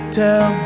tell